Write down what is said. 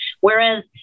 Whereas